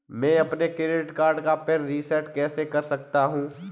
मैं अपने credit card का पिन रिसेट कैसे कर सकता हूँ?